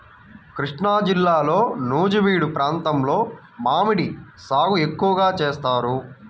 కృష్ణాజిల్లాలో నూజివీడు ప్రాంతంలో మామిడి సాగు ఎక్కువగా చేస్తారు